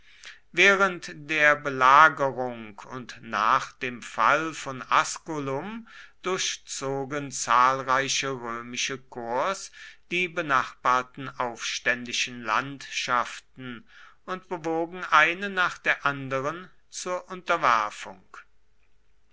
während der belagerung und nach dem fall von asculum durchzogen zahlreiche römische korps die benachbarten aufständischen landschaften und bewogen eine nach der anderen zur unterwerfung